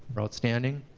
were outstanding.